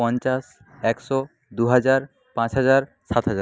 পঞ্চাশ একশো দুহাজার পাঁচ হাজার সাত হাজার